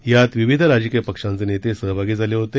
यात विविध राजकीय पक्षांचे नेते सहभागी झाले होते